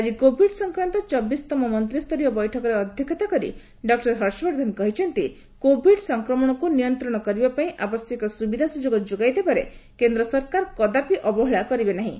ଆଜି କୋଭିଡ ସଂକ୍ରାନ୍ତ ଚବିଶତମ ମନ୍ତ୍ରୀୟ ବୈଠକରେ ଅଧ୍ୟକ୍ଷତା କରି ଡକ୍ଟର ହର୍ଷବର୍ଦ୍ଧନ କହିଛନ୍ତି କୋଭିଡ ସଂକ୍ରମଣକୁ ନିୟନ୍ତ୍ରଣ କରିବା ପାଇଁ ଆବଶ୍ୟକୀୟ ସୁବିଧା ସୁଯୋଗ ଯୋଗାଇ ଦେବାରେ କେନ୍ଦ୍ର ସରକାର କଦାପି ଅବହେଳା କରିବେ ନାହିଁ